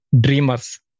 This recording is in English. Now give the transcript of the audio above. dreamers